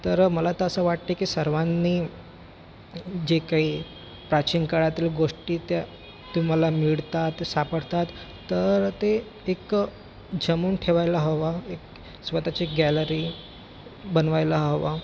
तर मला तर असं वाटते की सर्वांनी जे काही प्राचीन काळातील गोष्टी त्या तुम्हाला मिळतात सापडतात तर ते एक जमवून ठेवायला हवा एक स्वत ची गॅलरी बनवायला हवा